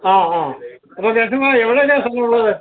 ആ ആ അപ്പോൾ ചേട്ടന് എവിടൊക്കെയാണ് സ്ഥലങ്ങൾ ഉള്ളത്